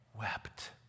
wept